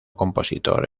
compositor